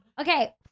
Okay